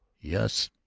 yes.